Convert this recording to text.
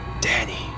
Danny